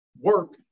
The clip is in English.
work